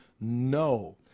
no